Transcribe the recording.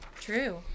True